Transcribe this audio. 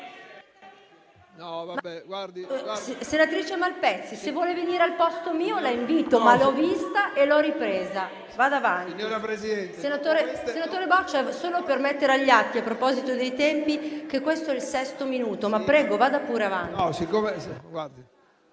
Senatrice Malpezzi, se vuole venire al posto mio la invito, ma l'ho vista e l'ho ripresa. Senatore Boccia, solo per mettere agli atti, a proposito dei tempi, che questo è il sesto minuto. Ma prego, vada pure avanti.